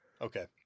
Okay